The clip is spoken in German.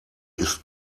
ist